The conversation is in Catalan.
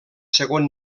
segon